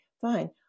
Fine